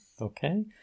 Okay